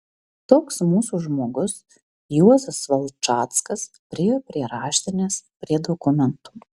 toks mūsų žmogus juozas valčackas priėjo prie raštinės prie dokumentų